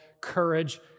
courage